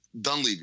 dunleavy